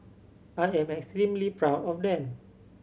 I am extremely proud of them